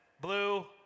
blue